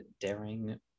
Daring